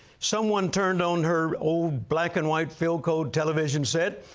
someone turned on her old black and white philco television set,